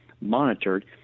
monitored